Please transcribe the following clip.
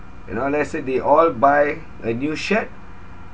you know let's say they all buy a new shirt